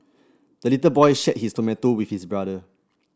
the little boy shared his tomato with his brother